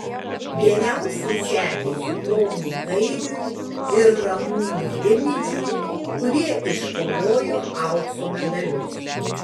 geriausiai sekėsi tomui kairiui ir ramūnui rimidžiui kurie iškovojo aukso medalius